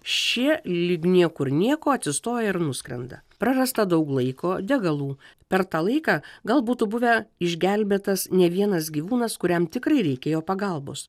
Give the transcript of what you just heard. šie lyg niekur nieko atsistoja ir nuskrenda prarasta daug laiko degalų per tą laiką gal būtų buvę išgelbėtas ne vienas gyvūnas kuriam tikrai reikėjo pagalbos